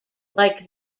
like